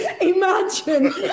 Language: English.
Imagine